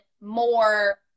more